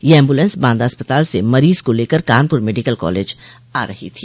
यह एम्बुलेंस बांदा अस्पताल से मरीज को लेकर कानपुर मेडिकल कॉलेज आ रही थी